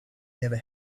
never